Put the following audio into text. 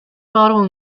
model